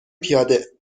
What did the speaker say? پیاده